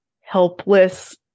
helpless